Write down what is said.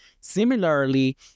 Similarly